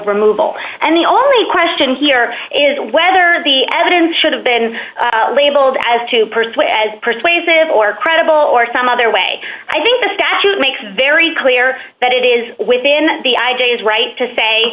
removal and the only question here is whether the evidence should have been labeled as to persuade as persuasive or credible or some other way i think the statute makes very clear that it is within the i j a is right to say